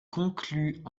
conclut